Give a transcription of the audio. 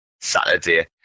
Saturday